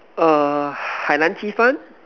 err 海南鸡饭